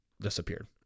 disappeared